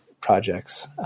projects